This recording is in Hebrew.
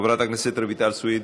חברת הכנסת רויטל סויד,